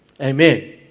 Amen